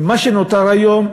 ובמה שנותר היום,